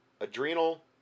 adrenal